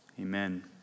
amen